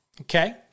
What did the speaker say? Okay